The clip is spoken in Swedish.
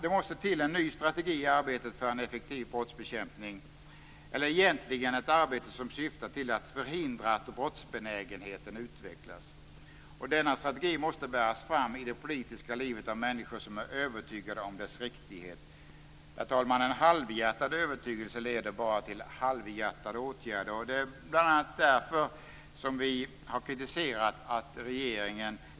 Det måste till en ny strategi i arbetet för en effektiv brottsbekämpning - eller egentligen ett arbete som syftar till att förhindra att brottsbenägenheten utvecklas. Denna strategi måste bäras fram i det politiska livet av människor som är övertygade om dess riktighet. En halvhjärtad övertygelse, herr talman, leder bara till halvhjärtade åtgärder. Det är bl.a. därför som vi har kritiserat regeringen.